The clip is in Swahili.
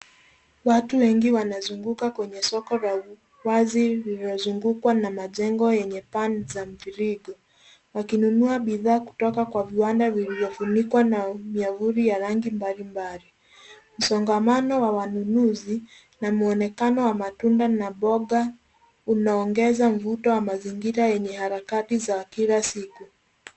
Watu wengi wanazunguka kwenye soko la wazi liliozungukwa na majengo yenye paa za mviringo wakinunua bidhaa kutoka kwa viwanda vilivyofunikwa na miavuli ya rangi mablimbali. Msongamano wa wanunuzi na muonekano wa matunda na mboga unaongeza mvuto wa mazingira yenye harakati za kila siku.